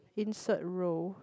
insert row